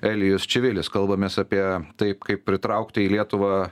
elijus čivilis kalbamės apie tai kaip pritraukti į lietuvą